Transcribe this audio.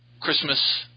Christmas